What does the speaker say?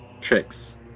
Tricks